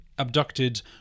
abducted